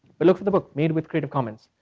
but look for the book, made with creative commons,